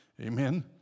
Amen